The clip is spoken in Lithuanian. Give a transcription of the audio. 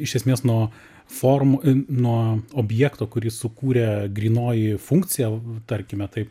iš esmės nuo formų nuo objekto kurį sukūrė grynoji funkcija tarkime taip